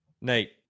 Nate